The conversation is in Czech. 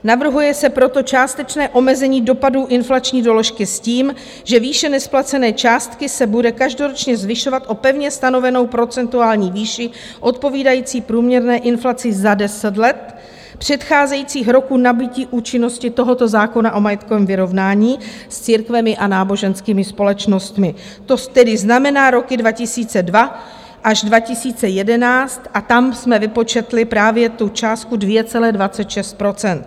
Navrhuje se proto částečné omezení dopadů inflační doložky s tím, že výše nesplacené částky se bude každoročně zvyšovat o pevně stanovenou procentuální výši odpovídající průměrné inflaci za deset let předcházejících roků nabytí účinnosti tohoto zákona o majetkovém vyrovnání s církvemi a náboženskými společnostmi, to tedy znamená roky 2002 až 2011, a tam jsme vypočetly právě tu částku 2,26 %.